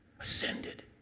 Ascended